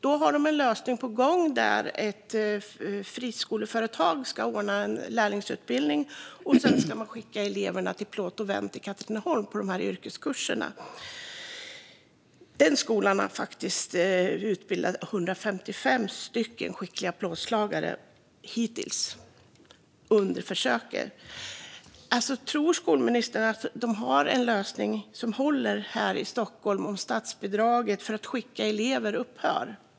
De har en lösning på gång: att ett friskoleföretag ska ordna en lärlingsutbildning och att man sedan ska skicka eleverna till Plåt & Ventbyrån i Katrineholm för dessa yrkeskurser. Den skolan har faktiskt utbildat 155 skickliga plåtslagare hittills under försöket. Tror skolministern att de har en lösning som håller här i Stockholm om statsbidraget för att skicka elever upphör?